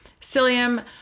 psyllium